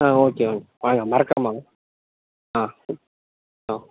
ஆ okay okay வாங்க மறக்காமல் வாங்க ஆ ஆ